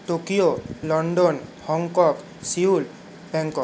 Tokyo London Hong Kong Seoul Bangkok